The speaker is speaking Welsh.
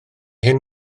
hyn